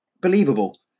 believable